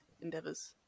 endeavors